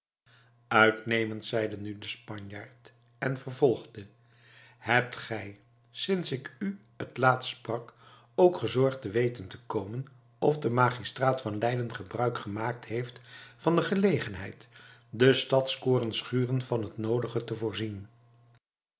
uitnemend zeide nu de spanjaard en vervolgde hebt gij sinds ik u het laatst sprak ook gezorgd te weten te komen of de magistraat van leiden gebruik gemaakt heeft van de gelegenheid de stadskorenschuren van het noodige te voorzien